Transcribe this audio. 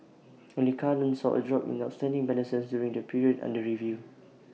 only car loans saw A drop in outstanding balances during the period under review